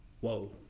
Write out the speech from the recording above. Whoa